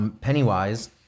Pennywise